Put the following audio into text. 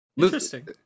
Interesting